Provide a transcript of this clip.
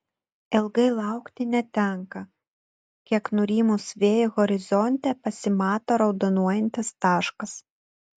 ilgai laukti netenka kiek nurimus vėjui horizonte pasimato raudonuojantis taškas